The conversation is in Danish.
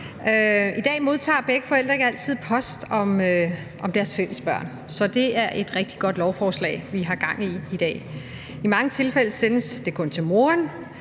I dag modtager begge forældre ikke altid post om deres fælles børn, så det er et rigtig godt lovforslag, vi har gang i i dag. I mange tilfælde sendes det kun til moren,